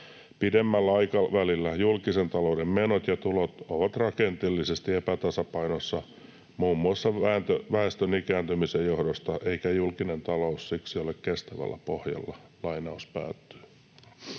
Pidemmällä aikavälillä julkisen talouden menot ja tulot ovat rakenteellisesti epätasapainossa muun muassa väestön ikääntymisen johdosta, eikä julkinen talous siksi ole kestävällä pohjalla.” On totta,